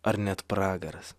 ar net pragaras